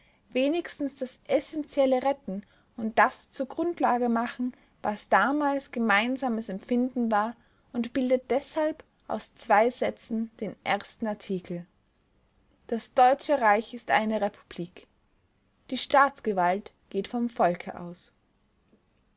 wenigstens das essentielle retten und das zur grundlage machen was damals gemeinsames empfinden war und bildet deshalb aus zwei sätzen den ersten artikel das deutsche reich ist eine republik die staatsgewalt geht vom volke aus